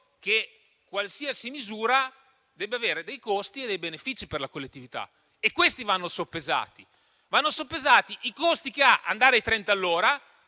che qualsiasi misura debba avere dei costi e dei benefici per la collettività che vanno soppesati. Vanno soppesati i costi di andare a 30